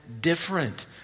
different